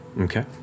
Okay